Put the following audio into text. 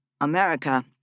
America